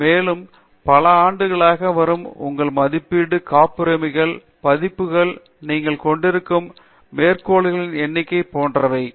பேராசிரியர் தீபா வெங்கடேஷ் மேலும்பல ஆண்டுகளாக வரும் உங்கள் மதிப்பீடு காப்புரிமைகள் பதிப்புகள் நீங்கள் கொண்டிருக்கும் மேற்கோள்களின் எண்ணிக்கை போன்றவை